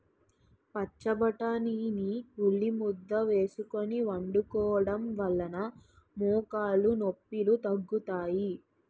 పచ్చబొటాని ని ఉల్లిముద్ద వేసుకొని వండుకోవడం వలన మోకాలు నొప్పిలు తగ్గుతాయి